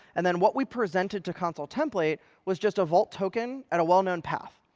and then what we presented to consul template was just a vault token at a well-known path.